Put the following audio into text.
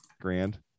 grand